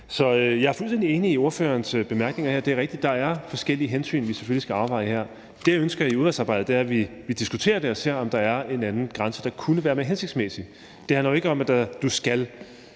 jeg er fuldstændig enig i ordførerens bemærkninger her. Det er rigtigt, at der er forskellige hensyn, vi selvfølgelig skal afveje her. Det, jeg ønsker i udvalgsarbejdet, er, at vi diskuterer det og ser, om der er en anden grænse, der kunne være mere hensigtsmæssig. Det handler jo ikke om, at du skal